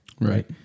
Right